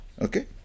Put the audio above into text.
Okay